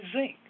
zinc